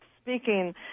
speaking